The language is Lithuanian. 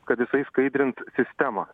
kad jisai skaidrint sistemą